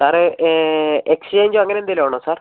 സാറെ എക്സ്ചഞ്ചോ അങ്ങനെ എന്തേലും ആണോ സാർ